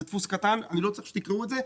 זה דפוס קטן, אני לא צריך שתקראו את זה.